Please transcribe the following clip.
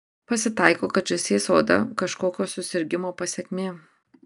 pasitaiko kad žąsies oda kažkokio susirgimo pasekmė